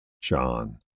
John